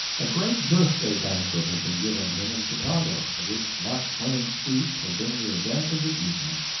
a great birthday banquet had been given him in chicago, at which mark twain's speech had been the event of the evening.